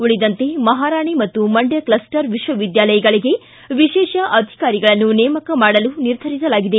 ಉಳಿದಂತೆ ಮಹಾರಾಣಿ ಮತ್ತು ಮಂಡ್ಯ ಕ್ಷಷರ್ ವಿಶ್ವವಿದ್ಯಾಲಯಗಳಿಗೆ ವಿಶೇಷ ಅಧಿಕಾರಿಗಳನ್ನು ನೇಮಕ ಮಾಡಲು ನಿರ್ಧರಿಸಲಾಗಿದೆ